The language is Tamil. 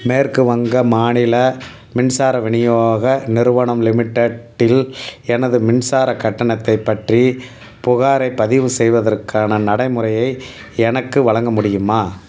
மேற்கு வங்க மாநில மின்சார விநியோக நிறுவனம் லிமிடெட்டில் எனது மின்சாரக் கட்டணத்தைப் பற்றி புகாரைப் பதிவு செய்வதற்கான நடைமுறையை எனக்கு வழங்க முடியுமா